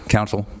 Council